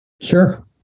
Sure